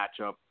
matchup